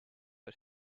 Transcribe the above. are